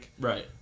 Right